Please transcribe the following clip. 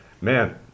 Man